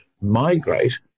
migrate